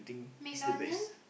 McDonald's